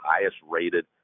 highest-rated